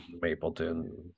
Mapleton